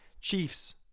Chiefs